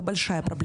דברים,